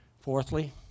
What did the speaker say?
Fourthly